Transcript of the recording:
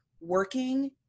working